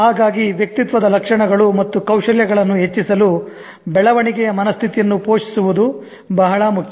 ಹಾಗಾಗಿ ವ್ಯಕ್ತಿತ್ವದ ಲಕ್ಷಣಗಳು ಮತ್ತು ಕೌಶಲ್ಯಗಳನ್ನು ಹೆಚ್ಚಿಸಲು ಬೆಳವಣಿಗೆಯ ಮನಸ್ಥಿತಿಯನ್ನು ಪೋಷಿಸುವುದು ಬಹಳ ಮುಖ್ಯ